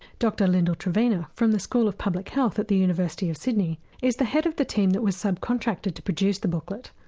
dr lyndal trevena from the school of public health at the university of sydney is the head of the team that was sub contracted to produce the booklet.